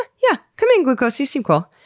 yeah. come in glucose, you seem cool.